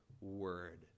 word